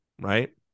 right